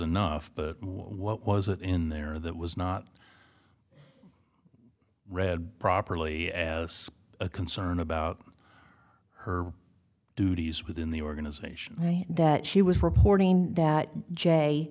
enough but what was it in there that was not read properly as a concern about her duties within the organization that she was reporting that jay